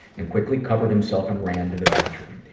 and quickly covered himself and ran to the bathroom.